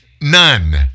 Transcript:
None